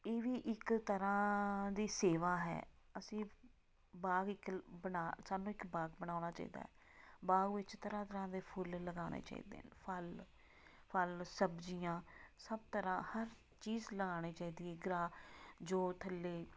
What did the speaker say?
ਇਹ ਵੀ ਇੱਕ ਤਰ੍ਹਾਂ ਦੀ ਸੇਵਾ ਹੈ ਅਸੀਂ ਬਾਗ ਇੱਕ ਬਣਾ ਸਾਨੂੰ ਇੱਕ ਬਾਗ ਬਣਾਉਣਾ ਚਾਹੀਦਾ ਬਾਗ ਵਿੱਚ ਤਰ੍ਹਾਂ ਤਰ੍ਹਾਂ ਦੇ ਫੁੱਲ ਲਗਾਉਣੇ ਚਾਹੀਦੇ ਨੇ ਫਲ ਫਲ ਸਬਜ਼ੀਆਂ ਸਭ ਤਰ੍ਹਾਂ ਹਰ ਚੀਜ਼ ਲਗਾਉਣੀ ਚਾਹੀਦੀ ਹੈ ਗਰਾ ਜੋ ਥੱਲੇ